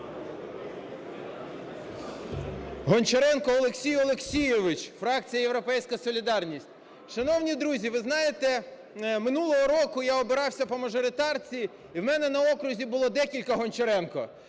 Гончаренко Олексій Олексійович, фракція "Європейська солідарність". Шановні друзі, ви знаєте, минулого року я обирався по мажоритарці, і у мене на окрузі було кілька Гончаренко.